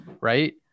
right